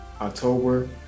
October